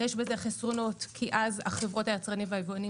יש בזה חסרונות כי אז חברות היצרנים והיבואנים